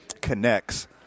connects